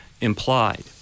implied